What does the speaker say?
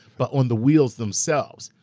but on the wheels themselves,